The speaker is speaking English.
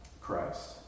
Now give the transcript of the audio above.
Christ